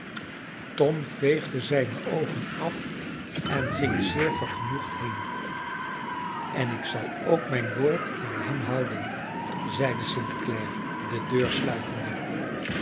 tom veegde zijne oogen af en ging zeer vergenoegd heen en ik zal ook mijn woord aan hem houden zeide st clare de deur sluitende